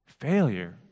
failure